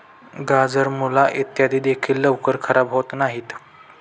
गाजर, मुळा इत्यादी देखील लवकर खराब होत नाहीत